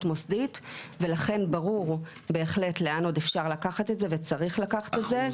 מוסדית ולכן ברור בהחלט לאן עוד אפשר לקחת את זה וצריך לקחת את זה.